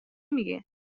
میگه